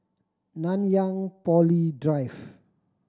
Nanyang Poly Drive